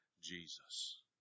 Jesus